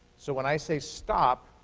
so when i say stop,